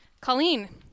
Colleen